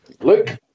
Luke